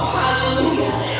hallelujah